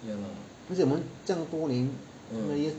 不是我们这样多年 so many years